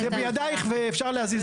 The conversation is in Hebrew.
זה בידיים שלך ואפשר להזיז דברים.